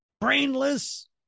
brainless